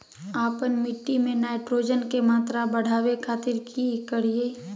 आपन मिट्टी में नाइट्रोजन के मात्रा बढ़ावे खातिर की करिय?